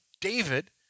David